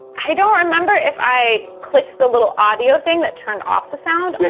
i don't remember if i clicked the little audio thing that turned off the sound. i mean